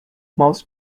most